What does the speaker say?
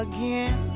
Again